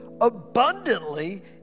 abundantly